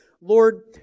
Lord